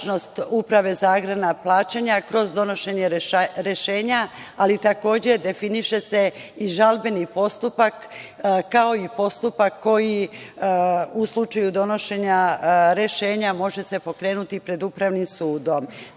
Uprave za agrarna plaćanja kroz donošenje rešenja, ali takođe definiše se i žalbeni postupak, kao i postupak koji u slučaju donošenja rešenja može se pokrenuti pred Upravnim